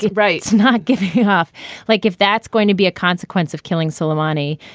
yeah right. not give you half like if that's going to be a consequence of killing suleimani.